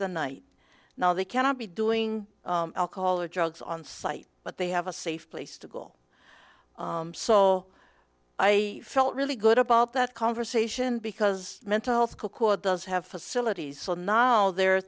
the night now they cannot be doing color drugs on site but they have a safe place to go so i felt really good about that conversation because mental health does have facilities so now they're